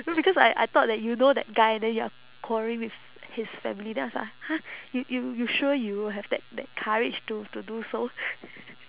no because I I thought that you know that guy then you are quarrelling with his family then I was like !huh! you you you sure you will have that that courage to to do so